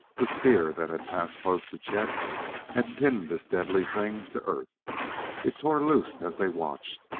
the spear that had passed close to chet had pinned this deadly thing to earth it tore loose as they watched,